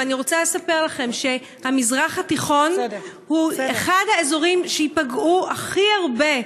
ואני רוצה לספר לכם שהמזרח התיכון הוא אחד האזורים שייפגעו הכי הרבה,